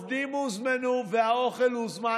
העובדים הוזמנו והאוכל הוזמן.